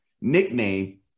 nickname